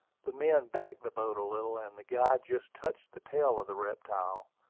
the men backed the boat a little, and the guide just touched the tail of the reptile.